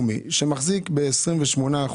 ב-28.2